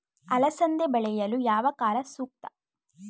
ಅಲಸಂದಿ ಬೆಳೆಯಲು ಯಾವ ಕಾಲ ಸೂಕ್ತ?